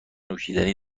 نوشیدنی